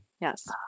Yes